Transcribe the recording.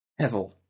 hevel